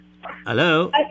Hello